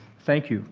thank you.